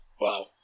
Wow